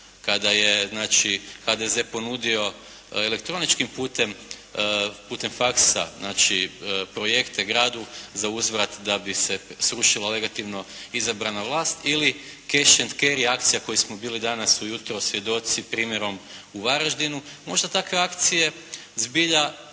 znači HDZ ponudio elektroničkim putem, putem faksa znači projekte gradu za uzvrat da bi se srušila legitimno izabrana vlast ili «Cash and carry» akcija kojoj smo bili danas ujutro svjedoci primjerom u Varaždinu možda takve akcije zbilja